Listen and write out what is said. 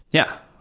yeah.